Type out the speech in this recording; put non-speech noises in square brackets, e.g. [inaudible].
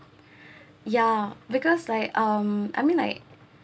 [breath] ya because like um I mean like